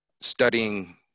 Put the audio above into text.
studying